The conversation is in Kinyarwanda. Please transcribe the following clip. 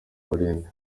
barindwi